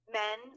men